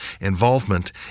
Involvement